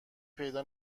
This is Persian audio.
پیدا